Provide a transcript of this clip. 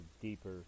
deeper